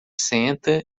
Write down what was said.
senta